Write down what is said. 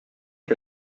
est